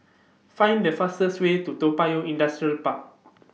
Find The fastest Way to Toa Payoh Industrial Park